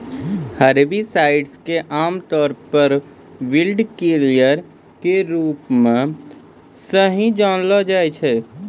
herbicides के आमतौरो पे वीडकिलर के रुपो मे सेहो जानलो जाय छै